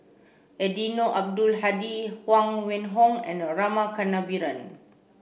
Eddino Abdul Hadi Huang Wenhong and Rama Kannabiran